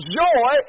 joy